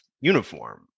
uniform